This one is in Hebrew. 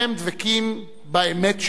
הם דבקים באמת שלהם,